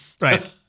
Right